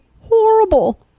Horrible